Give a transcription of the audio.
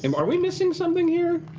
and are we missing something here?